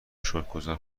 شکرگزار